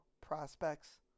prospects